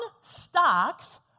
stocks